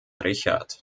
richard